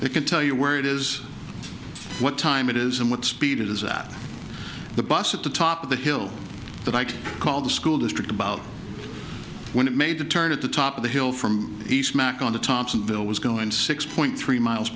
they can tell you where it is what time it is and what speed it is that the bus at the top of the hill that i can call the school district about when it made the turn at the top of the hill from the smack on the tops and bill was going six point three miles